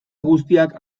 guztiak